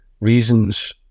reasons